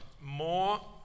more